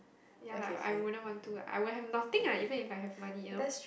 ya lah I wouldn't want to I will have nothing ah even if I have money you know